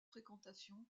fréquentation